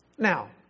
Now